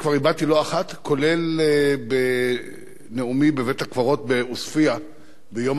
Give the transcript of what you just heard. כולל בנאומי בבית-הקברות בעוספיא ביום הזיכרון לחללי צה"ל,